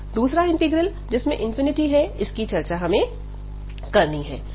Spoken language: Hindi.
दूसरा इंटीग्रल जिसमें है इसकी चर्चा हमें करनी है